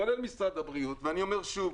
כולל משרד הבריאות ואני אומר שוב,